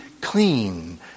clean